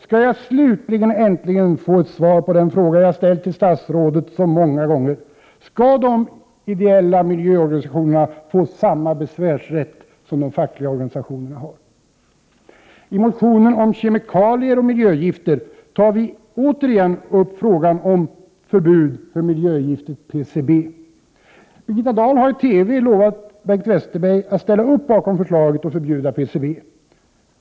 Skall jag till slut äntligen få ett svar på den fråga jagställt till statsrådet så många gånger: Skall de ideella miljöorganisationerna få samma besvärsrätt som de fackliga organisationerna har? I motionen om kemikalier och miljögifter tar vi åter upp frågan om förbud mot miljögiftet PCB. Birgitta Dahl har i TV lovat Bengt Westerberg att ställa upp bakom förslaget att förbjuda PCB.